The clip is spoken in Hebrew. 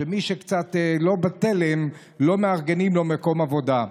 מי שהוא קצת לא בתלם לא מארגנים לו מקום עבודה.